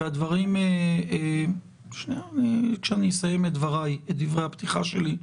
שנייה, כשאסיים את דברי הפתיחה שלי,